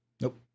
nope